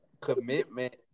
commitment